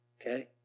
Okay